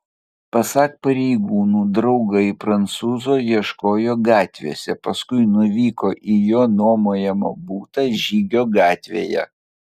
pasak pareigūnų draugai prancūzo ieškojo gatvėse paskui nuvyko į jo nuomojamą butą žygio gatvėje